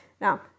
Now